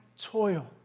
toil